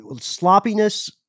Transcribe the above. sloppiness